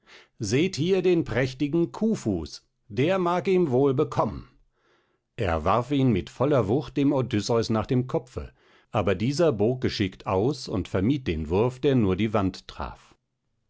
seht hier den prächtigen kuhfuß der mag ihm wohl bekommen er warf ihn mit voller wucht dem odysseus nach dem kopfe aber dieser bog geschickt aus und vermied den wurf der nur die wand traf